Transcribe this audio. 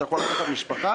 אתה יכול לקחת משפחה,